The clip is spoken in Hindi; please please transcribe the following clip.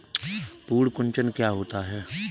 पर्ण कुंचन क्या होता है?